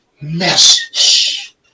message